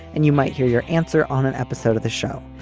and you might hear your answer on an episode of the show.